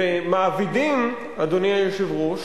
ומעבידים, אדוני היושב-ראש,